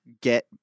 get